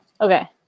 okay